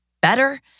better